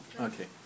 Okay